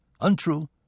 untrue